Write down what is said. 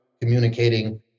communicating